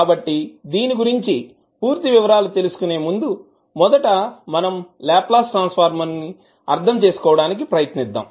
కాబట్టి దీని గురించి పూర్తి వివరాలు తెలుసుకునే ముందు మొదట మనం లాప్లాస్ ట్రాన్సఫర్మ్ ని అర్ధం చేసుకోవడానికి ప్రయత్నిద్దాం